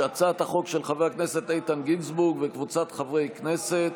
הצעת החוק של חבר הכנסת איתן גינזבורג וקבוצת חברי הכנסת.